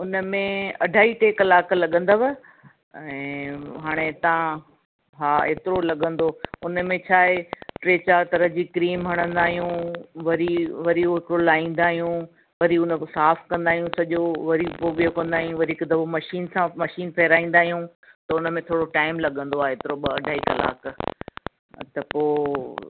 उनमें अढाई टे कलाक लॻंदव ऐं हाणे तव्हां हा एतिरो लॻंदो उनमें छा आहे टे चारि तरह जी क्रीम हणंदा आहियूं वरी वरी ओतिरो लाहींदा आहियूं वरी उनखे साफ़ कंदा आहियूं सॼो वरी पोइ ॿियो कंदा आहियूं वरी हिक दफ़ो मशीन सां मशीन फ़ेराईंदा आहियूं त उनमें थोरो टाइम लॻंदो आहे एतिरो ॿ अढाई कलाक हा त पोइ